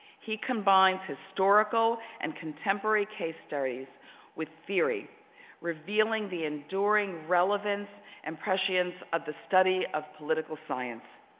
he combines historical and contemporary case studies with theory revealing the enduring relevance and prescience of the study of political science.